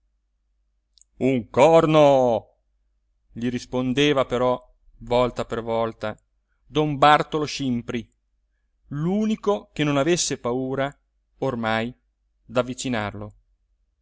un corno gli rispondeva però volta per volta don bartolo scimpri l'unico che non avesse paura ormai d'avvicinarlo